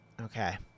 Okay